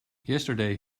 yesterday